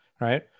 Right